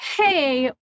hey